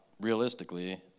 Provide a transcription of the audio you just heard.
realistically